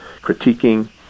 critiquing